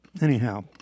anyhow